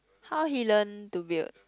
how he learn to build